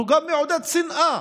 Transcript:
הוא מעודד גם שנאה,